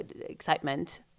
excitement